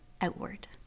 outward